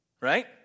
right